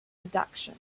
production